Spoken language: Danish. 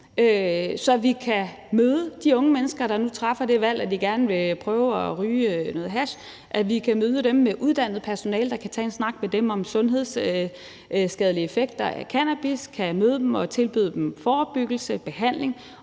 så vi kan møde de unge mennesker, der træffer det valg, at de gerne vil prøve at ryge noget hash, at vi kan møde dem med uddannet personale, der kan tage en snak med dem om sundhedsskadelige effekter af cannabis, kan møde dem og tilbyde dem forebyggelse, behandling